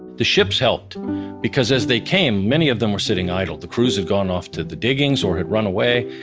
the ships helped because as they came many of them were sitting idle. the crews have gone off to the diggings or had run away.